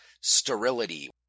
sterility